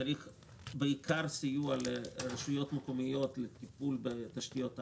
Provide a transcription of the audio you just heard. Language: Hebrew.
צריך בעיקר סיוע לרשויות מקומיות לטיפול בתשתיות העל,